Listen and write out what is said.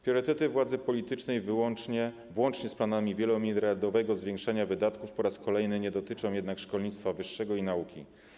Priorytety władzy politycznej, włącznie z planami wielomiliardowego zwiększenia wydatków, po raz kolejny nie dotyczą jednak szkolnictwa wyższego i nauki.